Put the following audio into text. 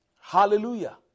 Hallelujah